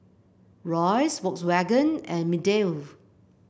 Royce Volkswagen and Mediheal